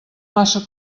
massa